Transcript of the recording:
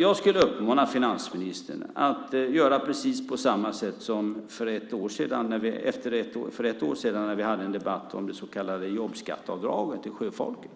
Jag skulle uppmana finansministern att göra precis på samma sätt som för ett år sedan när vi hade en debatt om det så kallade jobbskatteavdraget till sjöfolket.